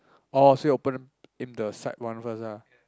oh so your opponent in the site one first ah